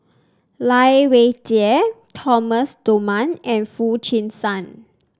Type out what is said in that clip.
Lai Weijie Thomas Dunman and Foo Chee San